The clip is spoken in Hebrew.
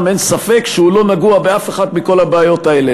אין ספק שהוא לא נגוע באף אחת מכל הבעיות האלה,